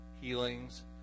healings